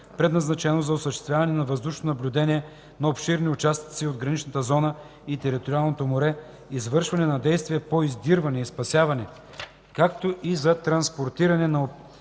предназначено за осъществяване на въздушно наблюдение на обширни участъци от граничната зона и териториалното море, извършване на действия по издирване и спасяване, както и за транспортиране на оперативните